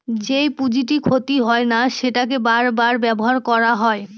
যেই পুঁজিটি ক্ষতি হয় না সেটাকে বার বার ব্যবহার করা হয়